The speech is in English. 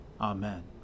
Amen